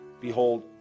behold